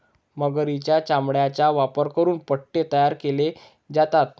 मगरीच्या चामड्याचा वापर करून पट्टे तयार केले जातात